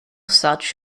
such